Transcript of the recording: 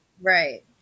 right